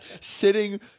sitting